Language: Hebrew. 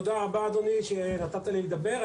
תודה רבה, אדוני, שנתת לי לדבר.